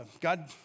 God